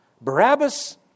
Barabbas